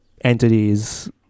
entities